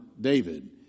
David